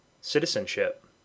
citizenship